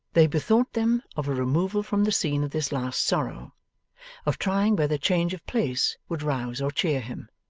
they bethought them of a removal from the scene of this last sorrow of trying whether change of place would rouse or cheer him.